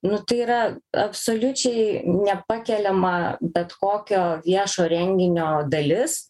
nu tai yra absoliučiai nepakeliama bet kokio viešo renginio dalis